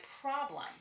problem